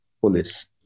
police